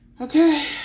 Okay